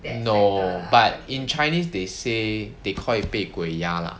no but in chinese they say they call it 被鬼压 lah